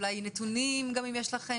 אולי נתונים גם אם יש לכן,